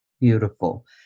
Beautiful